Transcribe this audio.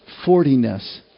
fortiness